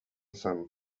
zen